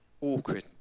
awkward